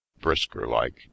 brisker-like